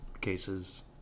cases